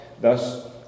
Thus